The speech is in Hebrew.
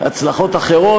הצלחות אחרות.